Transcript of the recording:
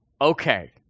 okay